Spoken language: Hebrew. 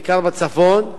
בעיקר בצפון,